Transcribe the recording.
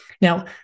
Now